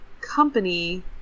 company